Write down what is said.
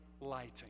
lighting